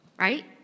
Right